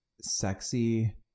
sexy